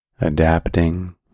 adapting